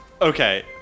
Okay